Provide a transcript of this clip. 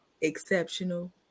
exceptional